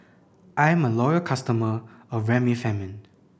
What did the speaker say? I'm a loyal customer of Remifemin